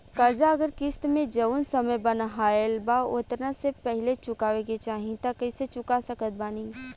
कर्जा अगर किश्त मे जऊन समय बनहाएल बा ओतना से पहिले चुकावे के चाहीं त कइसे चुका सकत बानी?